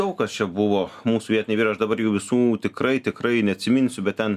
daug kas čia buvo mūsų vietiniai vyrai aš dabar jų visų tikrai tikrai neatsiminsiu bet ten